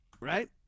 Right